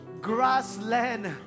grassland